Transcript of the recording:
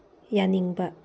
ꯌꯥꯅꯤꯡꯕ